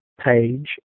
page